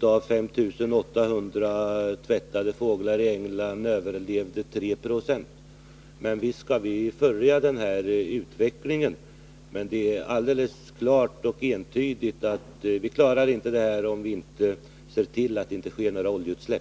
Av 5 800 tvättade fåglar i England överlevde 3 20. Men visst skall vi följa denna utveckling. Det är dock alldeles klart och entydigt att vi inte klarar problemet om vi inte ser till att det inte blir några oljeutsläpp.